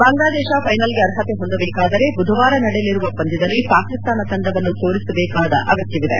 ಬಾಂಗ್ಲಾದೇಶ ಫೈನಲ್ಗೆ ಅರ್ಹತೆ ಹೊಂದಬೇಕಾದರೆ ಬುಧವಾರ ನಡೆಯಲಿರುವ ಪಂದ್ಯದಲ್ಲಿ ಪಾಕಿಸ್ತಾನ ತಂಡವನ್ನು ಸೋಲಿಸಬೇಕಾದ ಅಗತ್ನವಿದೆ